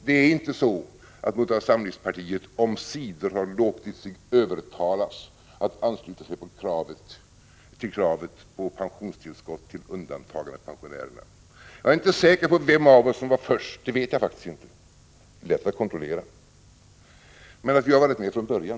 Det är inte så att moderata samlingspartiet omsider har låtit sig övertalas tt ansluta sig till kravet på pensionstillskott till undantagandepensionärerna. ag är inte säker på vem av oss som var först — det vet jag faktiskt inte, men et är ju lätt att kontrollera. Däremot vet jag att vi har varit med från början.